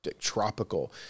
tropical